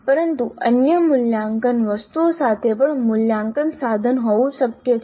પરંતુ અન્ય મૂલ્યાંકન વસ્તુઓ સાથે પણ મૂલ્યાંકન સાધન હોવું શક્ય છે